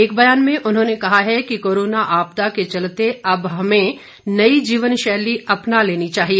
एक बयान में उन्होंने कहा है कि कोरोना आपदा के चलते अब हमें नई जीवन शैली अपना लेनी चाहिए